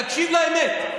תקשיב לאמת.